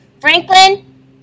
Franklin